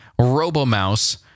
Robomouse